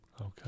Okay